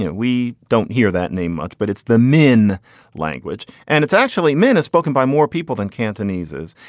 and we don't hear that name much, but it's the min language and it's actually meant as spoken by more people than cantonese is.